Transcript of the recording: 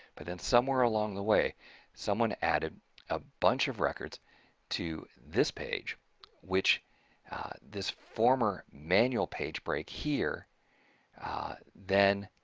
but then somewhere along the way someone added a bunch of records to this page which this former manual page break here then